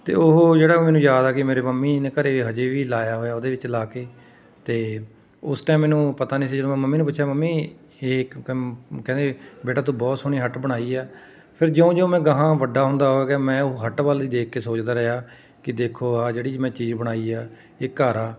ਅਤੇ ਉਹ ਜਿਹੜਾ ਮੈਨੂੰ ਯਾਦ ਆ ਕਿ ਮੇਰੇ ਮੰਮੀ ਜੀ ਨੇ ਘਰੇ ਅਜੇ ਵੀ ਲਾਇਆ ਹੋਇਆ ਉਹਦੇ ਵਿੱਚ ਲਾ ਕੇ ਅਤੇ ਉਸ ਟਾਈਮ ਮੈਨੂੰ ਪਤਾ ਨਹੀਂ ਸੀ ਜਦੋਂ ਮੈਂ ਮੰਮੀ ਨੂੰ ਪੁੱਛਿਆ ਮੰਮੀ ਇਹ ਕਹਿੰਦੇ ਬੇਟਾ ਤੂੰ ਬਹੁਤ ਸੋਹਣੀ ਹੱਟ ਬਣਾਈ ਆ ਫਿਰ ਜਿਉਂ ਜਿਉਂ ਮੈਂ ਅਗਾਂਹ ਵੱਡਾ ਹੁੰਦਾ ਹੋ ਗਿਆ ਮੈਂ ਉਹ ਹੱਟ ਵੱਲ ਹੀ ਦੇਖ ਕੇ ਸੋਚਦਾ ਰਿਹਾ ਕਿ ਦੇਖੋ ਆਹ ਜਿਹੜੀ ਮੈਂ ਚੀਜ਼ ਬਣਾਈ ਆ ਇਹ ਘਰ ਆ